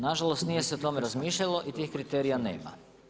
Nažalost nije se o tome razmišljalo i tih kriterija nema.